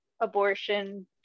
abortion